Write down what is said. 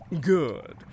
Good